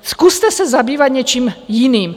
Zkuste se zabývat něčím jiným!